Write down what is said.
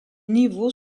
niveaux